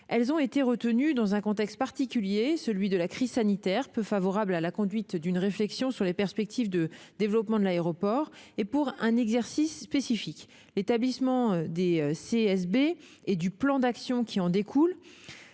Elles ont été retenues dans un contexte particulier, celui de la crise sanitaire, peu favorable à la conduite d'une réflexion sur les perspectives de développement de l'aéroport, et pour un exercice spécifique, à savoir l'établissement des CSB et du plan d'action qui en découle,